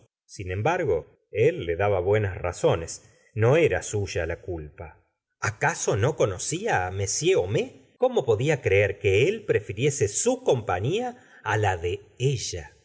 sin embargo él le daba buenas razones no era suya la culpa la señora de bovlly acaso no conocía á m homais cómo podía creer que él prefiriese su compañia á la de ella